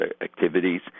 activities